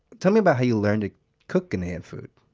tell me about how you learned to cook ghanaian food